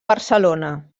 barcelona